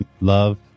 love